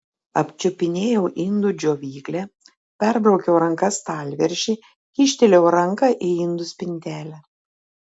apčiupinėjau indų džiovyklę perbraukiau ranka stalviršį kyštelėjau ranką į indų spintelę